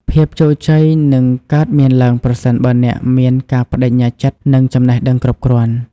ភាពជោគជ័យនឹងកើតមានឡើងប្រសិនបើអ្នកមានការប្តេជ្ញាចិត្តនិងចំណេះដឹងគ្រប់គ្រាន់។